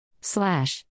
Slash